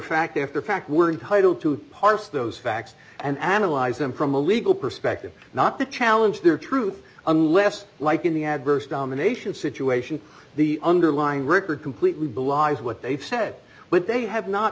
after fact we're entitled to parse those facts and analyze them from a legal perspective not to challenge their truth unless like in the adverse domination situation the underlying record completely belies what they've said when they have not